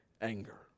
anger